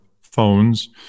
phones